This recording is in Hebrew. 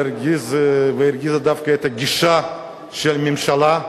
והרגיזה אותי דווקא הגישה של הממשלה.